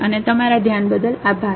અને તમારા ધ્યાન બદલ આભાર